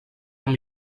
amb